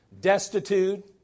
destitute